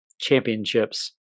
championships